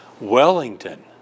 Wellington